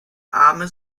arme